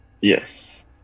Yes